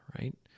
Right